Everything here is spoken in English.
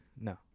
No